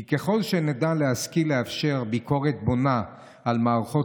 כי ככל שנשכיל לאפשר ביקורת בונה על מערכות